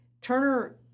Turner